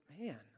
man